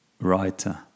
writer